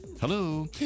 Hello